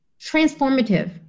transformative